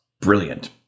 brilliant